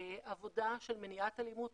עבודה של מניעת אלימות,